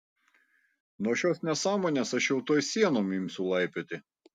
nuo šios nesąmonės aš jau tuoj sienom imsiu laipioti